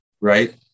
Right